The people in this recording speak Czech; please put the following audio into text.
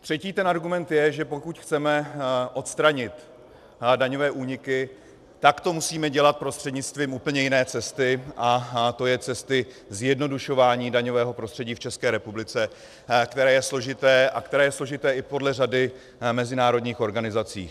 Třetí argument je, že pokud chceme odstranit daňové úniky, tak to musíme dělat prostřednictvím úplně jiné cesty, a to cesty zjednodušování daňového prostředí v České republice, které je složité, a které je složité i podle řady mezinárodních organizací.